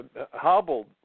hobbled